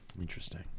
interesting